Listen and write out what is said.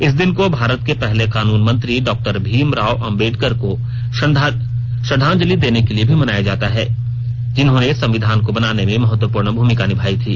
इस दिन को भारत के पहले कानून मंत्री डॉक्टर भीमराव आम्बेडकर को श्रद्वांजलि देने के लिए भी मनाया जाता है जिन्होंने संविधान को बनाने में महत्वपूर्ण भूमिका निभाई थी